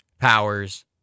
Powers